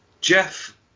jeff